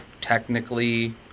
technically